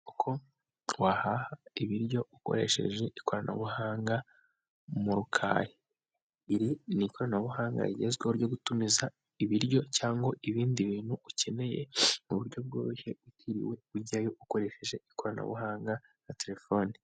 Uko wahaha ibiryo ukoresheje ikoranabuhanga mu Rukari, iri ni ikoranabuhanga rigezweho ryo gutumiza ibiryo cyangwa ibindi bintu ukeneye mu buryo bworoshye utiriwe ujyayo ukoresheje ikoranabuhanga na telefoni.